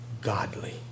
godly